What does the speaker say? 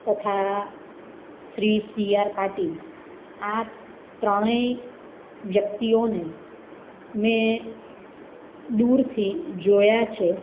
તથા શ્રી સીઆર પાટિલ આ ત્રણે વ્યક્તિઓને મેં દૂરથી જોયા છે